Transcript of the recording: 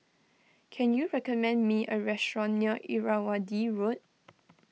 can you recommend me a restaurant near Irrawaddy Road